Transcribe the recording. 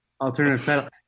alternative